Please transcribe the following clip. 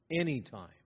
Anytime